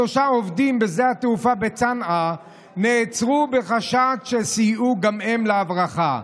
שלושה עובדים בשדה התעופה בצנעא נעצרו בחשד שסייעו גם הם להברחה,